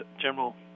general